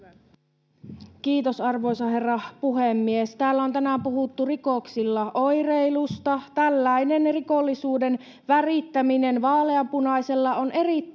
Kiitos, arvoisa herra puhemies! Täällä on tänään puhuttu rikoksilla oireilusta. Tällainen rikollisuuden värittäminen vaaleanpunaisella on erittäin